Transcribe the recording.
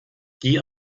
die